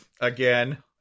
Again